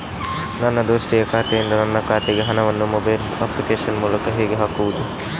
ನನ್ನ ದೋಸ್ತಿಯ ಖಾತೆಯಿಂದ ನನ್ನ ಖಾತೆಗೆ ಹಣವನ್ನು ಮೊಬೈಲ್ ಅಪ್ಲಿಕೇಶನ್ ಮೂಲಕ ಹೇಗೆ ಹಾಕುವುದು?